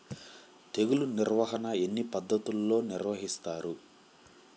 తెగులు నిర్వాహణ ఎన్ని పద్ధతులలో నిర్వహిస్తారు?